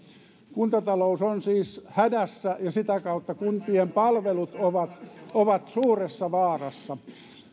kuntatalous on siis hädässä ja sitä kautta kuntien palvelut ovat ovat suuressa vaarassa